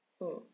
mm